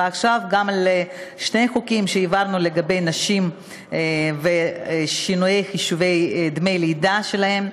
ועכשיו גם לשני חוקים שהעברנו לגבי נשים ושינויי חישובי דמי הלידה שלהן.